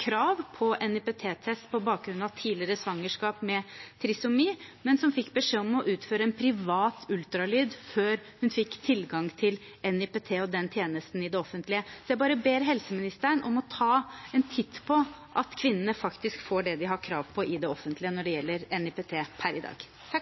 krav på NIPT på bakgrunn av tidligere svangerskap med trisomi, men som fikk beskjed om å utføre en privat ultralyd før hun fikk tilgang til NIPT og den tjenesten i det offentlige. Så jeg bare ber helseministeren om å ta en titt på at kvinnene faktisk får det de per i dag har krav på i det offentlige når det gjelder